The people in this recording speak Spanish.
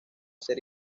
hacer